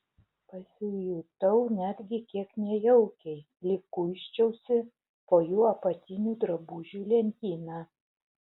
pasijutau netgi kiek nejaukiai lyg kuisčiausi po jų apatinių drabužių lentyną